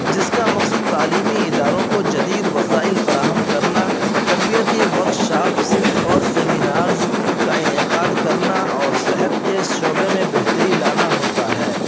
جس کا مقصد تعلیمی اداروں کو جدید وسائل فراہم کرنا تربیتی ورک شاپس اور سیمینارز کا انعقاد کرنا اور صحت کے شعبے میں بہتری لانا ہوتا ہے